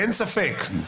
אין ספק.